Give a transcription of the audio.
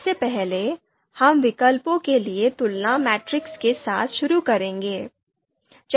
सबसे पहले हम विकल्पों के लिए तुलना मैट्रिक्स के साथ शुरू करेंगे